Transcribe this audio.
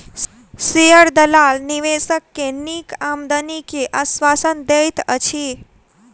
share दलाल निवेशक के नीक आमदनी के आश्वासन दैत अछि